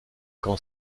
quand